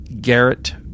Garrett